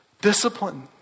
Discipline